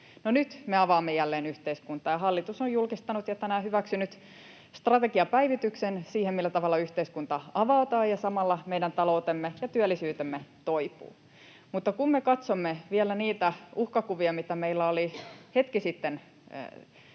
nyt me avaamme jälleen yhteiskuntaa, ja hallitus on julkistanut ja tänään hyväksynyt strategiapäivityksen siihen, millä tavalla yhteiskunta avataan ja samalla meidän taloutemme ja työllisyytemme toipuvat. Mutta kun me katsomme vielä niitä uhkakuvia, mitä meillä oli hetki sitten